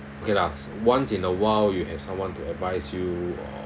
okay lah once in a while you have someone to advise you or